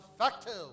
effective